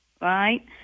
right